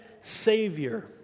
Savior